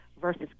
versus